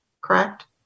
correct